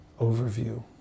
overview